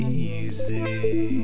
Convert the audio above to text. easy